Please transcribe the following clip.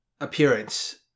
appearance